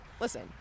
listen